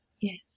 Yes